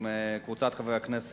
עם קבוצה של חברי הכנסת,